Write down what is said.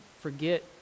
forget